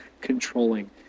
controlling